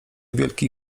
wielki